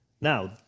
Now